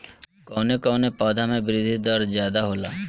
कवन कवने पौधा में वृद्धि दर ज्यादा होला?